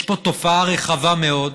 יש פה תופעה רחבה מאוד.